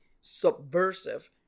subversive